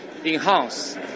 enhance